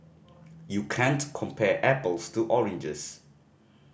you can't compare apples to oranges